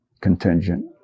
contingent